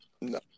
No